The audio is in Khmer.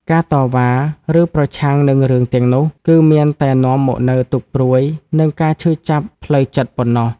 ការតវ៉ា ឬប្រឆាំងនឹងរឿងទាំងនោះ គឺមានតែនាំមកនូវទុក្ខព្រួយ និងការឈឺចាប់ផ្លូវចិត្តប៉ុណ្ណោះ។